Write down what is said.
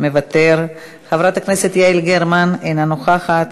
חברת הכנסת יעל גרמן, אינה נוכחת.